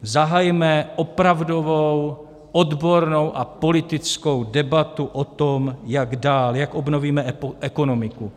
Zahajme opravdovou odbornou a politickou debatu o tom, jak dál, jak obnovíme ekonomiku.